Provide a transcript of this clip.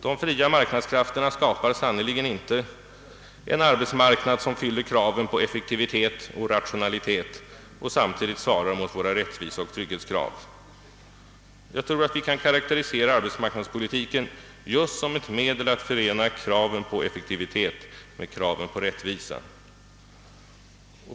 De fria marknadskrafterna skapar sannerligen inte en arbetsmarknad som fyller kraven på effektivitet och rationalitet och samtidigt svarar mot våra rättviseoch trygghetskrav. Jag tror att vi kan karakterisera arbetsmarknadspolitiken just som ett medel att förena kraven på effektivitet med kraven på rättvisa.